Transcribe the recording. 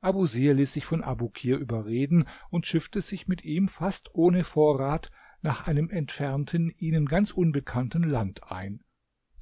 abusir ließ sich von abukir überreden und schiffte sich mit ihm fast ohne vorrat nach einem entfernten ihnen ganz unbekannten land ein